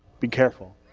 be careful.